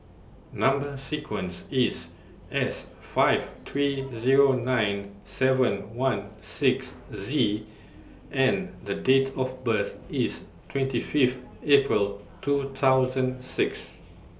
Number sequence IS S five three Zero nine seven one six Z and The Date of birth IS twenty Fifth April two thousand six